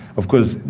of course,